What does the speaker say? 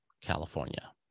California